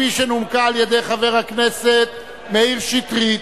שנומקה על-ידי חבר הכנסת מאיר שטרית,